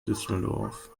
düsseldorf